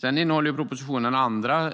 Propositionen innehåller också andra